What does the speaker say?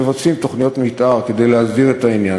מבצעים תוכנית מתאר כדי להסדיר את העניין,